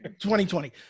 2020